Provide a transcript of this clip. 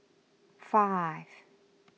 five